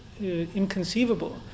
inconceivable